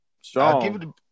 Strong